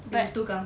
but